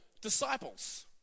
disciples